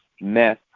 meth